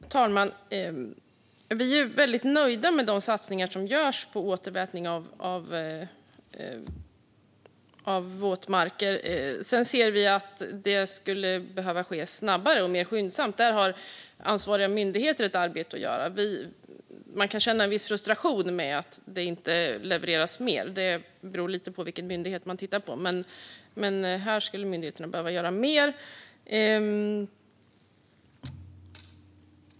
Fru talman! Vi är väldigt nöjda med de satsningar som görs på återvätning av våtmarker. Men vi ser att det skulle behöva ske snabbare, mer skyndsamt. Där har ansvariga myndigheter ett arbete att göra. Man kan känna viss frustration över att det inte levereras mer. Det beror lite på vilken myndighet man tittar på, men här skulle myndigheterna behöva göra mer.